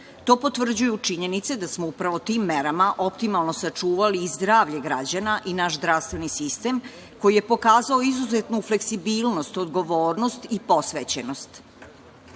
To potvrđuju činjenice da smo upravo tim merama optimalno sačuvali i zdravlje građana i naš zdravstveni sistem, koji je pokazao izuzetno fleksibilnost, odgovornost i posvećenost. Kao